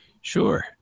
Sure